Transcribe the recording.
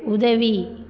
உதவி